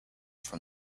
from